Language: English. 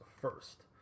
first